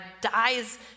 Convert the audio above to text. dies